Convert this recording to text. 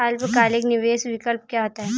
अल्पकालिक निवेश विकल्प क्या होता है?